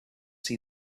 see